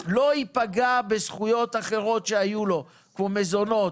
לא יפגע בזכויות אחרות שהיו לו כמו מזונות,